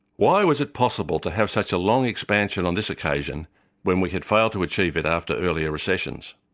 why was it possible to have such a long expansion on this occasion when we had failed to achieve it after earlier recessions?